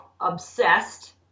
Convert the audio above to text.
obsessed